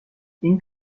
این